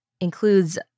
includes